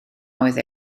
oedd